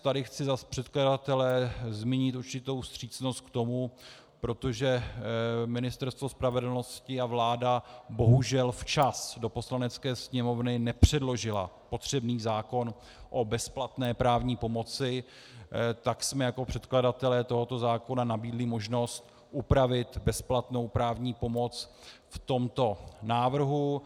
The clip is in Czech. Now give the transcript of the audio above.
Tady chci za předkladatele zmínit určitou vstřícnost k tomu, protože Ministerstvo spravedlnosti a vláda bohužel včas do Poslanecké sněmovny nepředložily potřebný zákon o bezplatné právní pomoci, tak jsme jako předkladatelé tohoto zákona nabídli možnost upravit bezplatnou právní pomoc v tomto návrhu.